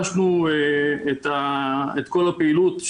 שילשנו את כל הפעילות.